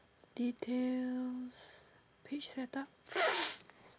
details page set up